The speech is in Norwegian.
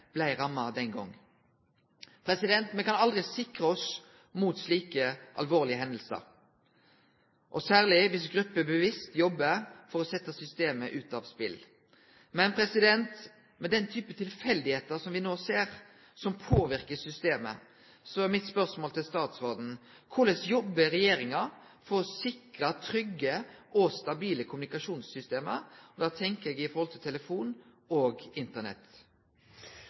blei ramma. Me kan aldri sikre oss mot slike alvorlege hendingar, særleg dersom grupper bevisst jobbar for å setje systemet ut av spel. Etter den typen tilfeldige hendingar som me no har hatt, som påverkar systemet, er mitt spørsmål til statsråden: Korleis jobbar regjeringa for å sikre trygge og stabile kommunikasjonssystem? Da tenkjer eg på telefon og Internett. Lat meg aller fyrst konsentrera meg om den siste hendinga, den 23. mai. Post- og